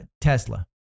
Tesla